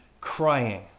crying